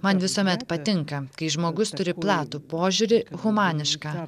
man visuomet patinka kai žmogus turi platų požiūrį humanišką